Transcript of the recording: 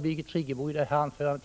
Birgit Friggebo tog upp i sitt anförande.